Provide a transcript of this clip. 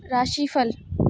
राशिफल